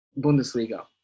Bundesliga